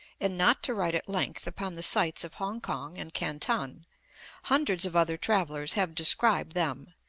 and not to write at length upon the sights of kong-kong and canton hundreds of other travellers have described them,